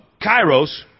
Kairos